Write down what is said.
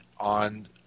on